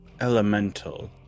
elemental